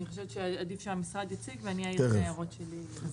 אני חושבת שעדיף שהמשרד יציג ואני אעיר את ההערות שלי.